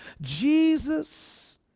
Jesus